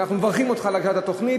ואנחנו מברכים אותך על הגשת התוכנית,